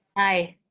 aye.